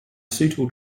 suitable